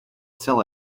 sell